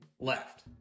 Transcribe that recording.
left